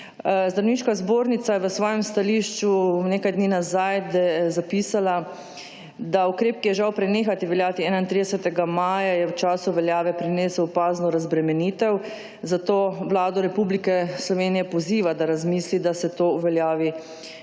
Zdravniška zbornica je v svojem stališču nekaj dni nazaj zapisala, da ukrep, ki je, žal, prenehal veljati 31. maja, je v času veljave prinesel opazno razbremenitev, zato Vlado Republike Slovenije poziva, da razmisli, da se to uveljavi **43.